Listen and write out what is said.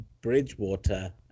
Bridgewater